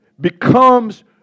Becomes